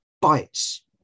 bites